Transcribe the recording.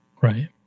Right